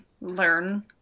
learn